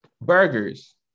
burgers